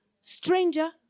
Stranger